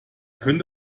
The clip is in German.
könnte